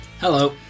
Hello